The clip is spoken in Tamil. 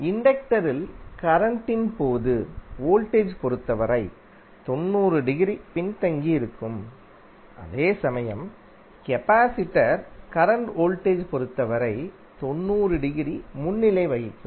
இண்டக்டரில் கரண்ட்டின் போது வோல்டேஜ் பொறுத்தவரை 90 டிகிரி பின்தங்கியிருக்கும் அதே சமயம் கபாசிடர் கரண்ட் வோல்டேஜ் பொறுத்தவரை 90 டிகிரி முன்னிலை வகிக்கும்